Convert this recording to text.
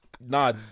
nah